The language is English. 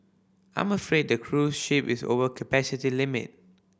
I'm afraid the cruise ship is over capacity limit